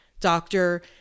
doctor